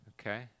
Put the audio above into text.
okay